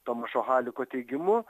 tomašo haliko teigimu